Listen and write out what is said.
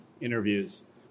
interviews